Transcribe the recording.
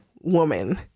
woman